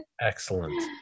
Excellent